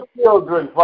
children